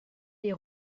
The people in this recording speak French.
des